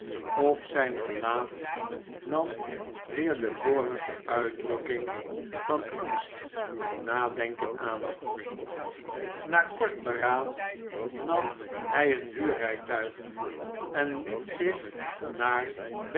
of zijn gelaat nam weer de vorige uitdrukking van angst en nadenken aan na kort beraad nam hij een huurrijtuig en liet zich naar